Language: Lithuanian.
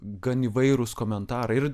gan įvairūs komentarai ir